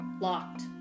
Locked